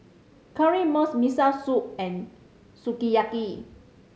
Currywurst Miso Soup and Sukiyaki